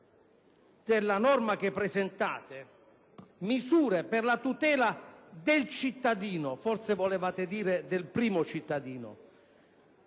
la norma che avete presentato: «Misure per la tutela del cittadino» - forse volevate dire: del primo cittadino